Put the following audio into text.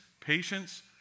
patience